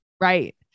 Right